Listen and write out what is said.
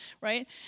right